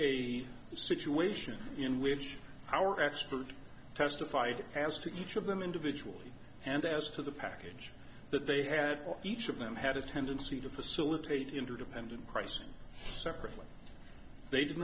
a situation in which our expert testified as to each of them individually and as to the package that they had for each of them had a tendency to facilitate interdependent pricing separately they did